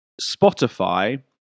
Spotify